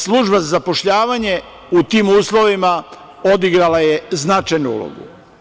Služba za zapošljavanje u tim uslovima odigrala je značajnu ulogu.